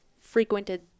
frequented